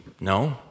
No